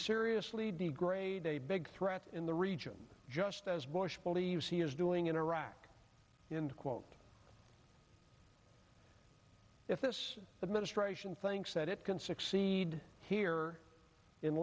seriously degrade a big threat in the region just as bush believes he is doing in iraq in the quote if this administration thinks that it can succeed here in